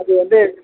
அதுவந்து